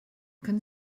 können